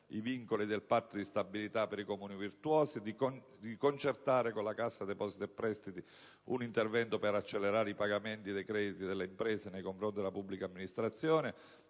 i vincoli del Patto di stabilità per i Comuni virtuosi, di concertare con la Cassa depositi e prestiti un intervento per accelerare i pagamenti dei crediti delle imprese nei confronti della pubblica amministrazione,